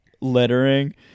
lettering